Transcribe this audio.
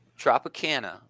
Tropicana